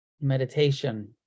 meditation